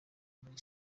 muri